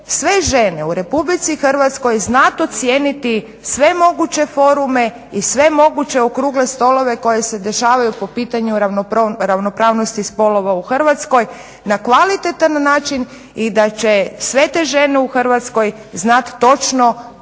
sve žene u Republici Hrvatskoj znat ocijeniti sve moguće forume i sve moguće okrugle stolove koji se dešavaju po pitanju ravnopravnosti spolova u Hrvatskoj na kvalitetan način i da će sve te žene u Hrvatskoj znat točno tko